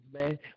man